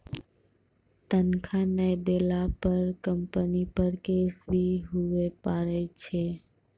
तनख्वाह नय देला पर कम्पनी पर केस भी हुआ पारै छै